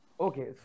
Okay